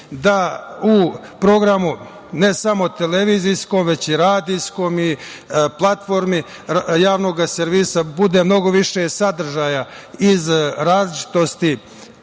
da u programu, ne samo televizijskom, već i radiskom, platformi javnog servisa bude mnogo više sadržaja iz različitosti